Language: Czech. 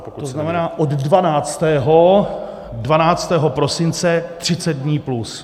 To znamená, od dvanáctého, dvanáctého prosince třicet dní plus.